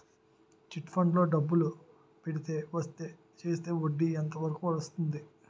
Chit funds లో డబ్బులు పెడితే చేస్తే వడ్డీ ఎంత వరకు వస్తుంది?